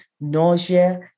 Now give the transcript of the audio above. nausea